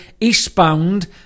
eastbound